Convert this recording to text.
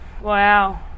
Wow